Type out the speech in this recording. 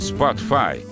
Spotify